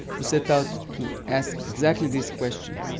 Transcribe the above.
we set out to ask exactly this question